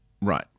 Right